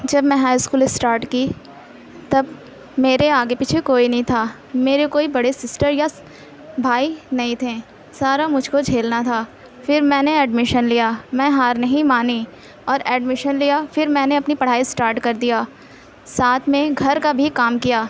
جب میں high school start کی تب میرے آگے پیچھے کوئی نہیں تھا میرے کوئی بڑے سسٹر یا بھائی نہیں تھے سارا مجھ کو جھیلنا تھا پھر میں نے ایڈمیشن لیا میں ہار نہیں مانی اور ایڈمیشن لیا پھر میں نے اپنی پڑھائی اسٹارٹ کر دیا ساتھ میں گھر کا بھی کام کیا